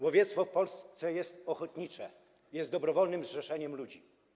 Łowiectwo w Polsce jest ochotnicze, jest dobrowolnym zrzeszeniem ludzi.